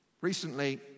Recently